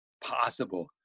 possible